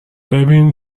ببین